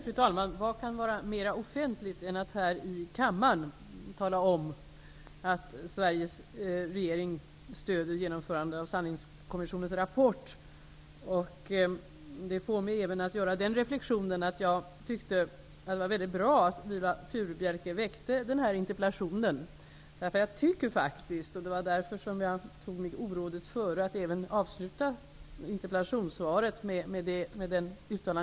Fru talman! Vad kan vara mer offentligt än att här i kammaren tala om att Sveriges regering stöder genomförandet av Sanningskommissionens rapport. Det får mig att även göra reflexionen att jag tyckte att det var mycket bra att Viola Furubjelke väckte denna interpellation. Jag anser faktiskt att Sverige gör väldigt mycket för att främja fredsprocessen i El Salvador.